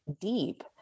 deep